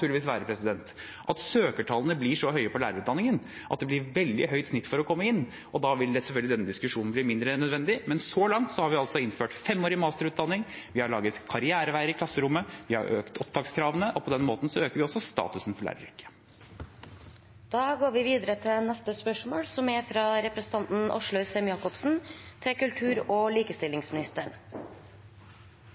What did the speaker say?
søkertallene blir så høye på lærerutdanningen at det blir et veldig høyt snitt for å komme inn. Da vil selvfølgelig denne diskusjonen bli mindre nødvendig, men så langt har vi altså innført femårig masterutdanning, vi har laget karriereveier i klasserommet, vi har økt opptakskravene, og på den måten øker vi også statusen til læreryrket. Jeg har følgende spørsmål til kultur- og likestillingsministeren: «En rekke av landets kulturhus og kinoer har fått krav fra Kulturrådet om å tilbakebetale tidligere tildelt kompensasjon for tapte inntekter knyttet til